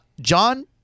John